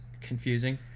confusing